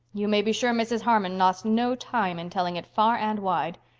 you may be sure mrs. harmon lost no time in telling it far and wide.